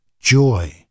joy